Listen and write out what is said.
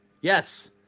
Yes